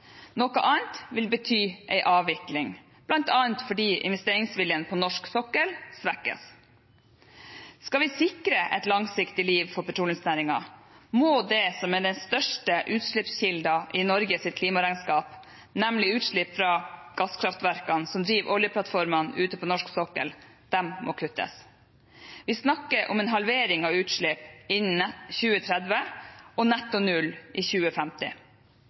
Noe annet vil bety en avvikling, bl.a. fordi investeringsviljen på norsk sokkel svekkes. Skal vi sikre et langsiktig liv for petroleumsnæringen, må det som er den største utslippskilden i Norges klimaregnskap, nemlig utslipp fra gasskraftverkene som driver oljeplattformene ute på norsk sokkel, kuttes. Vi snakker om en halvering av utslippene innen 2030 og netto null i 2050.